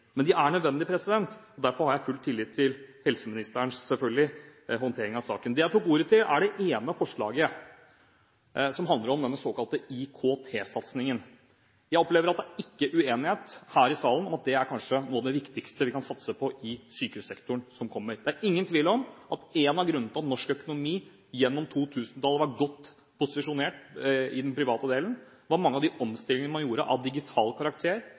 Men de er nødvendige, og derfor har jeg, selvfølgelig, full tillit til helseministerens håndtering av saken. Det jeg tok ordet til, er det ene forslaget som handler om den såkalte IKT-satsingen. Jeg opplever at det ikke er uenighet her i salen om at det kanskje er noe av det viktigste vi kan satse på i sykehussektoren framover. Det er ingen tvil om at en av grunnene til at norsk økonomi gjennom 2000-tallet har vært godt posisjonert i den private delen, var mange av de omstillingene man gjorde av digital karakter,